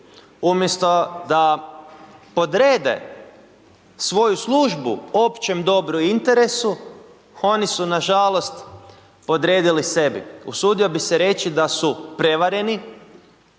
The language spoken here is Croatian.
Umjesto da podrede svoju službu općem dobru i interesu, oni su nažalost podredili sebi, usudio bi se reći da su prevareni,